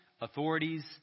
authorities